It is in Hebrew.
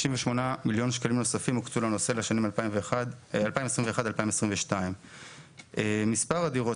68 מיליון נוספים הוקצו לנושא בשנים 2021-2022. מספר הדירות